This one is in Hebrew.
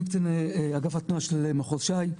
אני קצין אגף התנועה של מחוז ש"י.